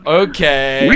okay